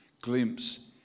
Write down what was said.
glimpse